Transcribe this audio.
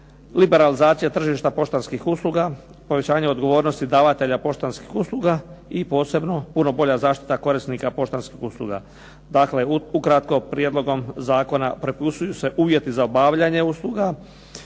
liberalizacija tržišta poštanskih usluga, povećanje odgovornosti davatelja poštanskih usluga i posebno puno bolja zaštita poštanskih usluga. Dakle, ukratko prijedlogom zakona propisuju se uvjeti za obavljanje usluga,